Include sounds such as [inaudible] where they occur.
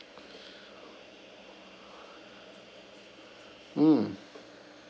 [breath] mm